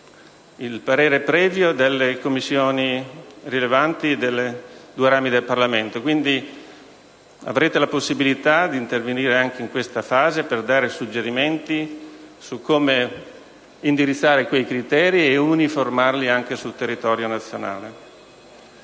il parere previo delle Commissioni rilevanti dei due rami del Parlamento, quindi avrete la possibilità di intervenire anche in questa fase per dare suggerimenti su come indirizzare quei criteri e uniformarli anche sul territorio nazionale.